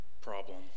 problem